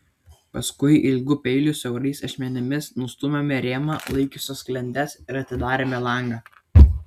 paskui ilgu peiliu siaurais ašmenimis nustūmėme rėmą laikiusias sklendes ir atidarėme langą